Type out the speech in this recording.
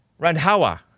Randhawa